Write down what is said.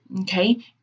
Okay